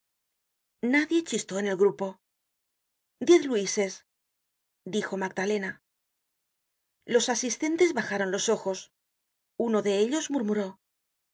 nadie chistó en el grupo diez luises dijo magdalena los asistentes bajaron los ojos uno de ellos murmuró